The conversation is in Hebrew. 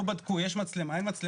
לא בדקו אם יש מצלמה או אין מצלמה.